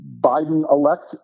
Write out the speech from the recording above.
Biden-elect